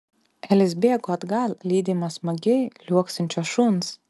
elis bėgo atgal lydimas smagiai liuoksinčio šuns